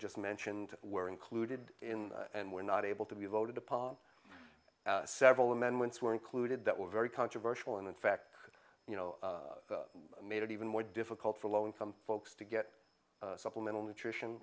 just mentioned were included in and were not able to be voted upon several amendments were included that were very controversial and in fact you know made it even more difficult for low income folks to get supplemental nutrition